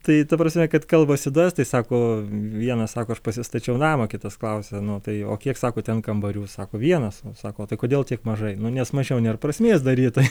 tai ta prasme kad kalbasi du estai sako vienas sako aš pasistačiau namą kitas klausia nu tai o kiek sako ten kambarių sako vienas sako o tai kodėl tiek mažai nu nes mažiau nėr prasmės daryt tai